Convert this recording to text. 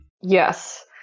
Yes